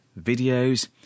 videos